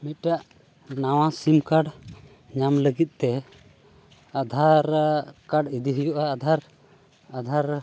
ᱢᱤᱫᱴᱟᱝ ᱱᱟᱣᱟ sim card ᱧᱟᱢ ᱞᱟᱹᱜᱤᱫᱛᱮ ᱟᱫᱷᱟᱨ ᱠᱟᱨᱰ ᱤᱫᱤ ᱦᱩᱭᱩᱜᱼᱟ ᱟᱫᱷᱟᱨ ᱟᱫᱷᱟᱨ